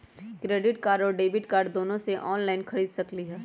Credit card और debit card दोनों से ऑनलाइन खरीद सकली ह?